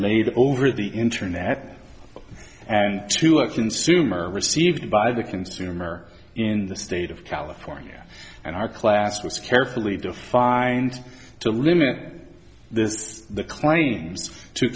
laid over the internet and to a consumer received by the consumer in the state of california and our class was carefully defined to limit the claims to